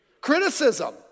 Criticism